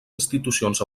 institucions